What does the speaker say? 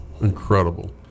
Incredible